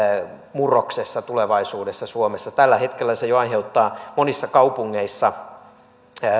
murroksessa tulevaisuudessa suomessa tällä hetkellä se jo aiheuttaa monissa kaupungeissa